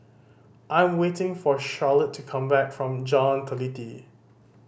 I am waiting for Charolette to come back from Jalan Teliti